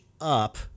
up